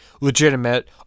legitimate